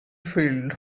field